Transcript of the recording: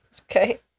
Okay